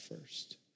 first